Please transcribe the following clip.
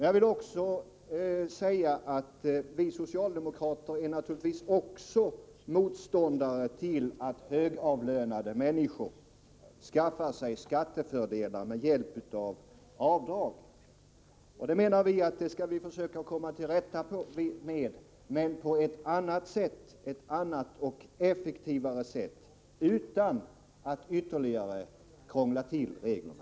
Jag vill säga att vi socialdemokrater naturligtvis också är motståndare till att högavlönade människor skaffar sig skattefördelar med hjälp av avdrag. Vi menar att vi bör försöka komma till rätta med det — men på ett annat och mer effektivt sätt, utan att ytterligare krångla till reglerna!